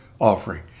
offering